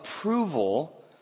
approval